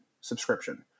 subscription